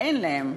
אין להם.